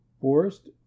Forest